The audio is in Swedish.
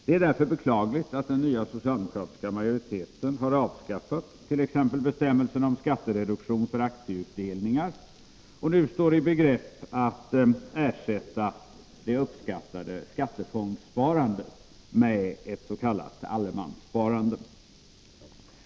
Det är därför beklagligt att den nya socialdemokratiska majoriteten har avskaffat t.ex. bestämmelserna om skattereduktion för aktieutdelningar och nu står i begrepp att ersätta det uppskattade skattefondssparandet med ett s.k. allemanssparande.